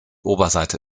oberseite